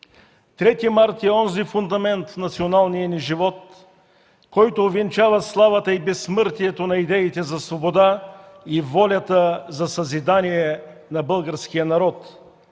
март е онзи фундамент в националния ни живот, който увенчава славата и безсмъртието на идеите за свобода и волята за съзидание на българския народ.